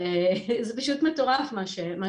זה פשוט מטורף מה שיש לנו.